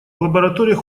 лабораториях